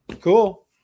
Cool